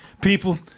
People